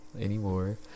anymore